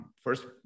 first